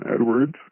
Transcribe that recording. Edwards